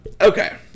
Okay